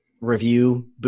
review